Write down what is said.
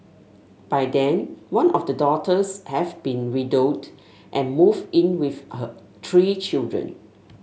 by then one of the daughters have been widowed and moved in with her three children